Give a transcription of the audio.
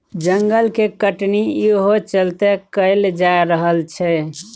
जंगल के कटनी इहो चलते कएल जा रहल छै